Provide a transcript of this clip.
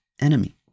enemy